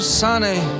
sunny